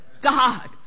God